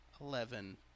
eleven